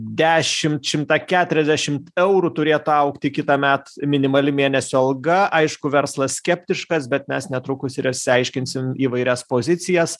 dešimt šimtą keturiasdešimt eurų turėtų augti kitąmet minimali mėnesio alga aišku verslas skeptiškas bet mes netrukus ir išsiaiškinsim įvairias pozicijas